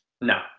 No